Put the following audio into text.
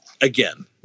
again